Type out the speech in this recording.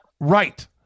Right